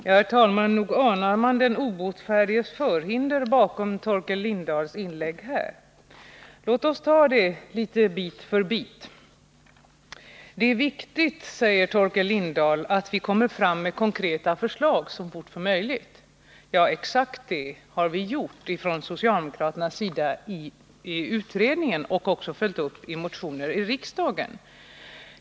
Herr talman! Nog anar man den obotfärdiges förhinder bakom Torkel Lindahls inlägg. Låt oss ta det litet bit för bit. Det är viktigt, säger Torkel Lindahl, att vi kommer fram med konkreta förslag så fort som möjligt. Ja, exakt det har vi gjort från socialdemokraternas sida i utredningen, och vi har också följt upp förslagen i motioner i riksdagen.